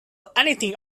anything